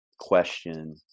question